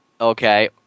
Okay